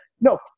no